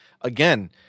again